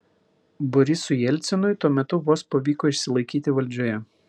borisui jelcinui tuo metu vos pavyko išsilaikyti valdžioje